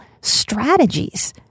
strategies